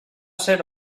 ser